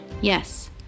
yes